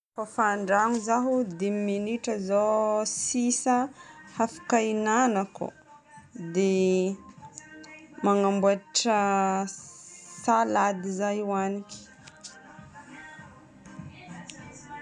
Kôfa an-drano zaho, dimy minitra izao sisa hafaka hinagnako, dia magnamboatra salady zaho hohaniko.